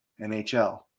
NHL